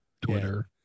Twitter